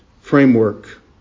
framework